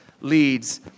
leads